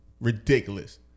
Ridiculous